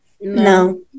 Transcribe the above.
No